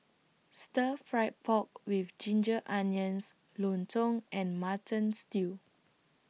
Stir Fried Pork with Ginger Onions Lontong and Mutton Stew